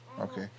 Okay